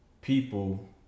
people